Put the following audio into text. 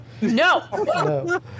No